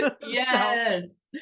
Yes